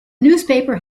newspaper